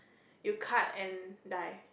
you cut and dye